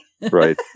Right